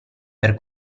per